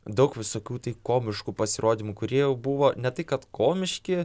daug visokių tai komiškų pasirodymų kurie jau buvo ne tai kad komiški